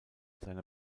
seiner